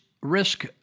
risk